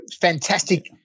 fantastic